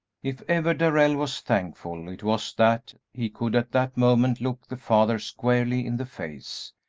if ever darrell was thankful, it was that he could at that moment look the father squarely in the face.